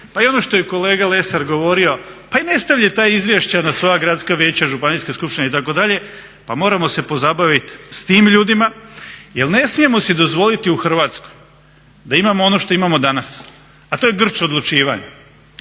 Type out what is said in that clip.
pa i ono što je kolega Lesar govorio pa i ne stavljaju taj izvještaj na svoja gradska vijeća, županijske skupštine itd., pa moramo se pozabaviti s tim ljudima. Jer ne smijemo si dozvoliti u Hrvatskoj da imamo ono što imamo danas, a to je grč odlučivanja.